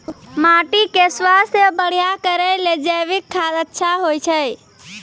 माटी के स्वास्थ्य बढ़िया करै ले जैविक खाद अच्छा होय छै?